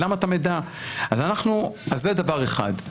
אז זה דבר אחד.